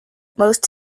most